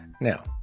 Now